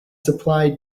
supplied